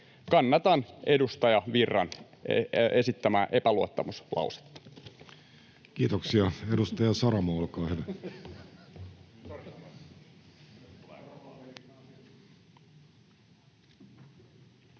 Kannatan edustaja Virran esittämää epäluottamuslausetta. Kiitoksia. — Edustaja Saramo, olkaa hyvä.